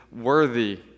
worthy